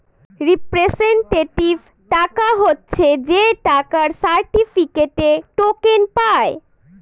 representative টাকা হচ্ছে যে টাকার সার্টিফিকেটে, টোকেন পায়